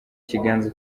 kiganza